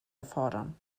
erfordern